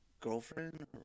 girlfriend